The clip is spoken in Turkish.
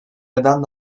neden